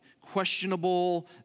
questionable